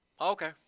Okay